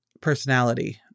personality